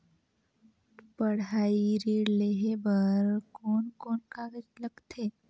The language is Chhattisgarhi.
पढ़ाई ऋण लेहे बार कोन कोन कागज लगथे?